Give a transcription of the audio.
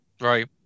right